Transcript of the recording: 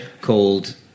called